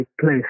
place